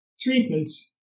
treatments